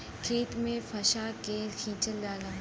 खेत में फंसा के खिंचल जाला